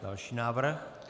Další návrh.